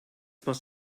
must